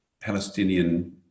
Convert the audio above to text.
Palestinian